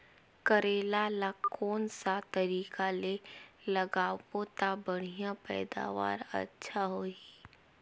करेला ला कोन सा तरीका ले लगाबो ता बढ़िया पैदावार अच्छा होही?